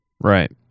Right